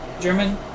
German